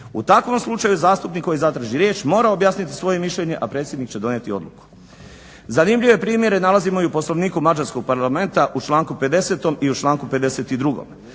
U takvom slučaju zastupnik koji zatraži riječ mora objasniti svoje mišljene, a predsjednik će donijeti odluku". Zanimljive primjere nalazimo i u poslovniku mađarskog Parlamenta u članku 50. i u članku 52.